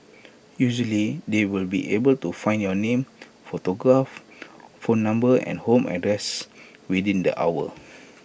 usually they will be able to find your name photograph phone number and home address within the hour